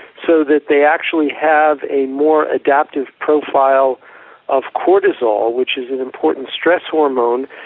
so that they actually have a more adaptive profile of cortisol which is an important stress hormone,